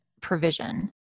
provision